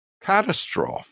catastrophe